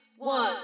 One